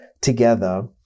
together